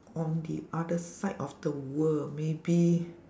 on the other side of the world maybe